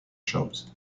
shows